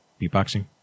Beatboxing